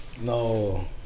no